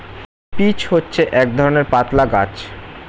peach হচ্ছে এক ধরণের পাতলা গাছ